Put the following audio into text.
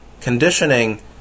conditioning